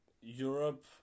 Europe